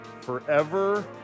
forever